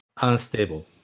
unstable